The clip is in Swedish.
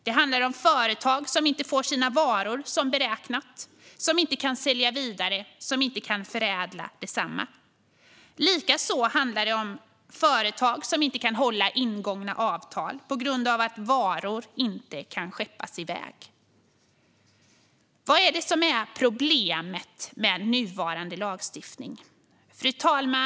Det handlar om företag som inte får sina varor som beräknat och därmed inte kan sälja vidare eller förädla dessa. Likaså handlar det om företag som inte kan hålla ingångna avtal på grund av att varor inte kan skeppas iväg. Fru talman! Vad är problemet med nuvarande lagstiftning?